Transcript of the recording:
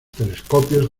telescopios